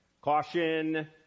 Caution